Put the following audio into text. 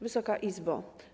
Wysoka Izbo!